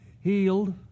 healed